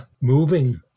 moving